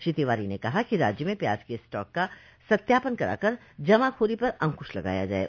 श्री तिवारी ने कहा कि राज्य में प्याज के स्टाक का सत्यापन कराकर जमाखोरी पर अंकुश लगाया जाये